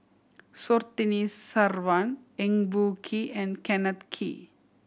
Surtini Sarwan Eng Boh Kee and Kenneth Kee